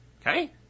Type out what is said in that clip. Okay